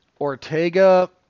Ortega